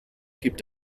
gibt